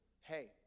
hey